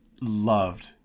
loved